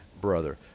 brother